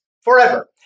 forever